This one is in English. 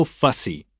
fussy